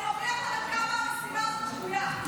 אני אוכיח לכם כמה הסיבה הזאת שגויה,